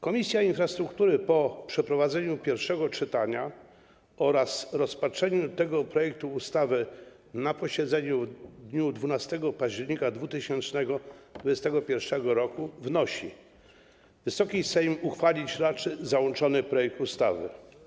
Komisja Infrastruktury po przeprowadzeniu pierwszego czytania oraz rozpatrzeniu tego projektu ustawy na posiedzeniu w dniu 12 października 2021 r. wnosi, aby Wysoki Sejm uchwalić raczył załączony projekt ustawy.